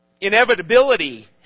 inevitability